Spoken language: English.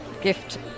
gift